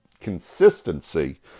consistency